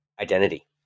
identity